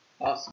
Awesome